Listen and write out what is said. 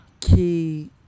key